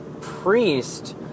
priest